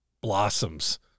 blossoms